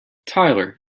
tyler